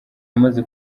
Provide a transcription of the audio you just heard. wamaze